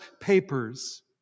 papers